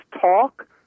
talk